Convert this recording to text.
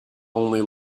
only